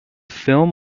film